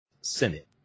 Senate